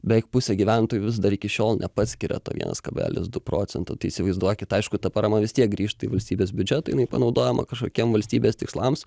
beveik pusė gyventojų vis dar iki šiol nepaskiria to vienas kablelis du procento tai įsivaizduokit aišku ta parama vis tiek grįžta į valstybės biudžetą jinai panaudojama kažkokiem valstybės tikslams